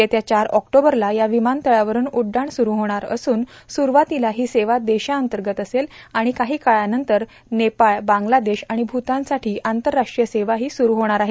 येत्या चार ऑक्टोबरला या विमानतळावरून उड्डाणं सुरू होत असून सुरूवातीला ही सेवा देशांतर्गत असेल आणि काही काळानंतर नेपाळ बांगलादेश आणि भूतानसाठी आंतरराष्ट्रीय सेवाही सुरू होणार आहेत